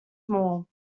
more